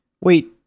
Wait